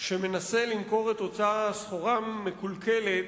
שמנסה למכור את אותה הסחורה המקולקלת